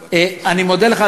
אני מודה לך,